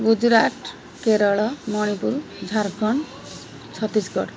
Gujarat Kerala Manipur Jharkhand Chhattisgarh